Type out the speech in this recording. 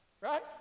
Right